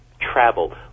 travel